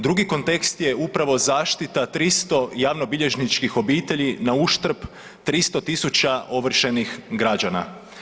Drugi kontekst je upravo zaštita 300 javnobilježničkih obitelji na uštrb 300.000 ovršenih građana.